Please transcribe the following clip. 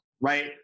right